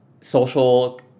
social